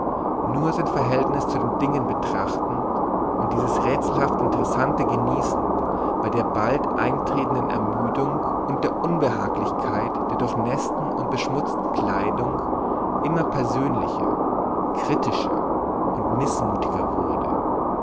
nur sein verhältnis zu den dingen betrachtend und dieses rätselhafte interessante genießend bei der bald eintretenden ermüdung und der unbehaglichkeit der durchnäßten und beschmutzten kleidung immer persönlicher kritischer und mißmutiger wurde